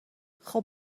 خوب